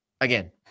Again